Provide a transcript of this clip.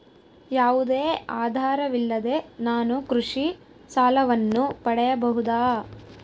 ಯಾವುದೇ ಆಧಾರವಿಲ್ಲದೆ ನಾನು ಕೃಷಿ ಸಾಲವನ್ನು ಪಡೆಯಬಹುದಾ?